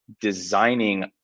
designing